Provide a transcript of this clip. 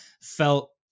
felt